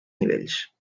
nivells